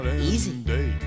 easy